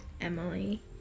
Emily